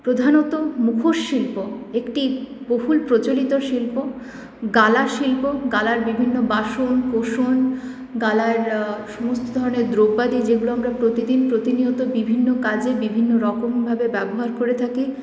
প্রধানত মুখোশ শিল্প একটি বহুল প্রচলিত শিল্প গালা শিল্প গালার বিভিন্ন বাসন কোসন গালার সমস্ত ধরনের দ্রব্যাদি যেগুলো আমরা প্রতিদিন প্রতিনিয়ত বিভিন্ন কাজে বিভিন্ন রকমভাবে ব্যবহার করে থাকি